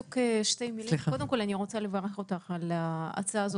קודם כול אני רוצה לברך אותך על ההצעה הזאת.